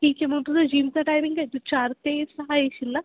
ठीक आहे मग तुझं जीमचा टामिंग काय तू चार ते सहा येशील ना